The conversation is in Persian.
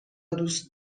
دوست